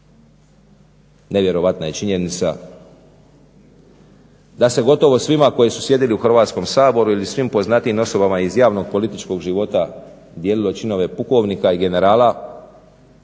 nevjerojatna je činjenica da se gotovo svima koji su sjedili u Hrvatskom saboru ili svim poznatijim osobama iz javnog političkog života dijelilo činove pukovnika i generala.